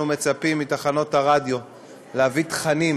אנחנו מצפים מתחנות הרדיו להביא תכנים